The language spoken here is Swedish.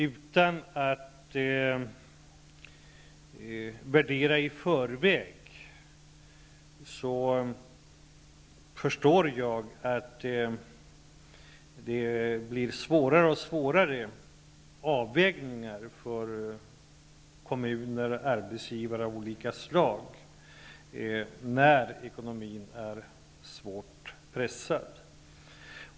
Utan att i förväg göra en värdering vill jag säga att jag förstår att det blir svårare och svårare avvägningar för kommunerna och för arbetsgivare av olika slag när ekonomin är svårt pressad.